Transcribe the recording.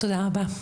תודה רבה,